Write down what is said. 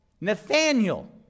Nathaniel